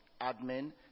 Admin